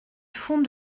fond